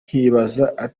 nkibaza